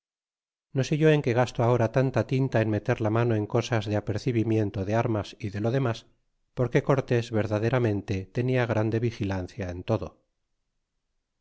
no sé ye en que gasto ahora tanta tinta en meter la mano en cosas de apercibimiento de armas y de lo demas porque cortés verdaderamente tenia grande vigilancia en todo